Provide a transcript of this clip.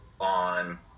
on